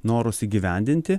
norus įgyvendinti